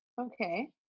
okay